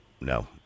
no